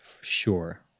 sure